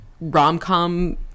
rom-com